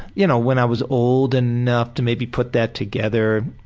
y'know, when i was old enough to maybe put that together.